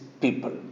people